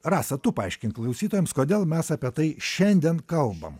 rasa tu paaiškink klausytojams kodėl mes apie tai šiandien kalbam